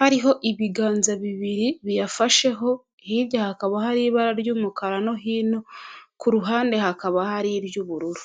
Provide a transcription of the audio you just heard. hariho ibiganza bibiri biyafasheho hirya hakaba hari ibara ry'umukara no hino ku ruhande hakaba hari iry'ubururu.